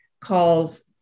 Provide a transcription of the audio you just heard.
calls